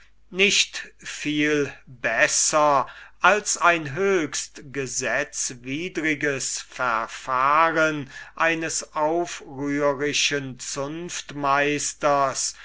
nicht viel besser als ein höchst illegales verfahren eines aufrührischen